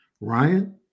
Ryan